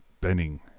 Benning